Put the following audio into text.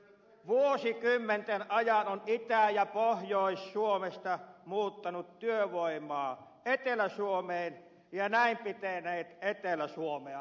vuosikymmenten ajan on itä ja pohjois suomesta muuttanut työvoimaa etelä suomeen ja näin pitänyt etelä suomea pystyssä